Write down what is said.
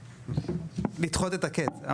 לדחות את הקץ.